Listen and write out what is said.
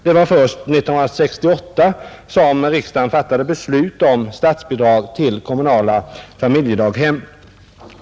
Det var först 1968 som riksdagen fattade beslut om statsbidrag till kommunala familjedaghem.